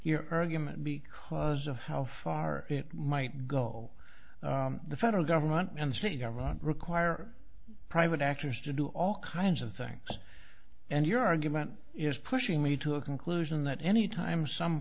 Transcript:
your argument because of how far it might go the federal government and state government require private actors to do all kinds of things and your argument is pushing me to a conclusion that any time some